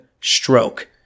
stroke